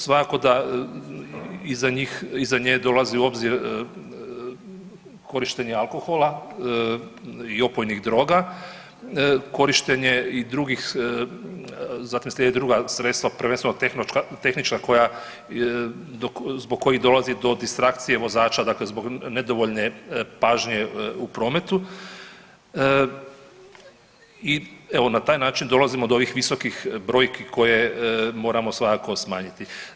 Svakako da iza njih, iza nje dolazi u obzir korištenje alkohola i opojnih droga, korištenje i drugih, zatim slijede druga sredstva, prvenstveno tehnička koja, zbog kojih dolazi do distrakcije vozača, dakle zbog nedovoljne pažnje u prometu i evo, na taj način dolazimo do ovih visokih brojki koje moram svakako smanjiti.